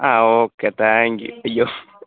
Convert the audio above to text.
ആ okay thank you ഉയ്യോ